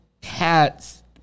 cats